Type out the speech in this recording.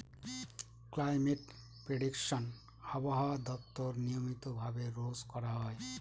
climate prediction আবহাওয়া দপ্তর নিয়মিত ভাবে রোজ করা হয়